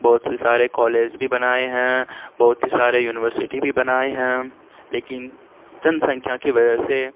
بہت سی سارے کالج بھی بنائے ہیں بہت ہی سارے یونیورسٹی بھی بنائے ہیں لیکن جن سنکھیا کی وجہ سے